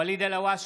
(קורא בשמות חברי הכנסת) ואליד אלהואשלה,